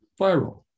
Viral